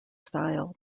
style